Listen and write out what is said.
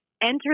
enter